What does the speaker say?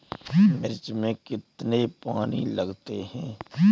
मिर्च में कितने पानी लगते हैं?